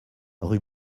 rue